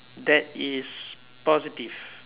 that is positive